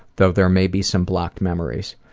though there may be some blocked memories.